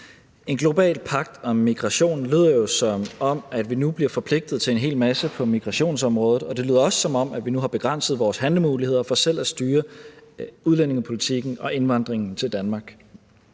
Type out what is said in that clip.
En global pagt om migration lyder jo, som om vi nu bliver forpligtet til en hel masse på migrationsområdet, og det lyder også, som om vi nu har begrænset vores handlemuligheder for selv at styre udlændingepolitikken og indvandringen til Danmark.